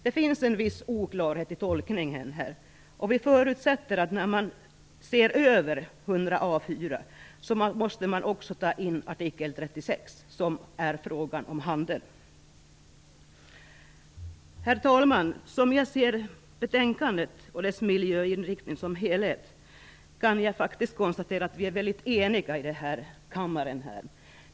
Det finns en viss oklarhet i tolkningen, och vi förutsätter att man när man ser över artikel 100 a 4 också tar in artikel 36, som rör handel. Herr talman! Som jag ser betänkandet och dess miljöinriktning som helhet kan jag konstatera att vi är väldigt eniga i den här kammaren.